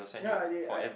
ya I did I